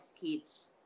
kids